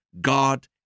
God